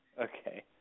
Okay